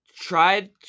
tried